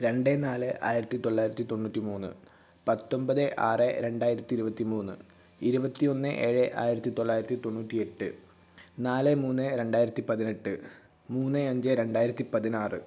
രണ്ട് നാല് ആയിരത്തിത്തൊള്ളായിരത്തി തൊണ്ണൂറ്റിമൂന്ന് പത്തൊമ്പത് ആറ് രണ്ടായിരത്തി ഇരുപത്തിമൂന്ന് ഇരുപത്തിയൊന്ന് ഏഴ് ആയിരത്തിത്തൊള്ളായിരത്തി തൊണ്ണൂറ്റിയെട്ട് നാല് മൂന്ന് രണ്ടായിരത്തിപ്പതിനെട്ട് മൂന്ന് അഞ്ച് രണ്ടായിരത്തിപ്പതിനാറ്